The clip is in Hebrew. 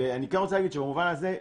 אני רוצה להגיד שבעניין הזה,